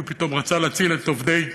כי הוא פתאום רצה להציל את עובדי